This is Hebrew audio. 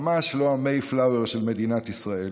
ממש לא המייפלאואר של מדינת ישראל,